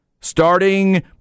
starting